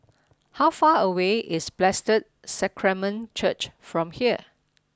how far away is Blessed Sacrament Church from here